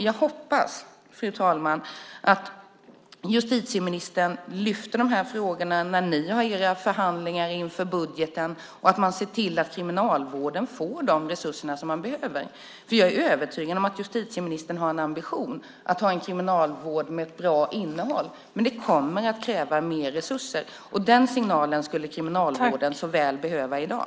Jag hoppas, fru talman, att justitieministern lyfter fram de här frågorna när ni har era förhandlingar inför budgeten och att man ser till att Kriminalvården får de resurser som den behöver. Jag är övertygad om att justitieministern har en ambition att ha en kriminalvård med ett bra innehåll. Men det kommer att kräva mer resurser. Den signalen skulle Kriminalvården så väl behöva i dag.